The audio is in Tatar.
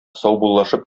саубуллашып